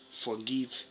forgive